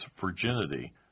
virginity